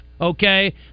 Okay